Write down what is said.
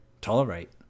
tolerate